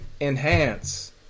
enhance